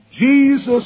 Jesus